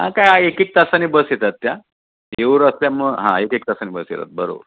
ह काय एकेक तासानी बस येतात त्या येऊर असल्यामुळं हां एक एक तासानी बस येतात बरोबर